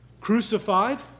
Crucified